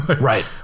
Right